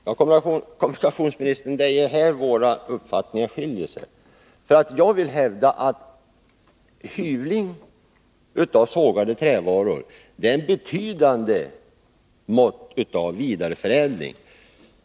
Herr talman! Jag vill säga till kommunikationsministern att det är på denna punkt våra uppfattningar skiljer sig. Jag hävdar att hyvling av sågade trävaror är ett betydande mått av vidareförädling.